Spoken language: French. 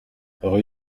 rue